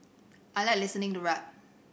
I like listening to rap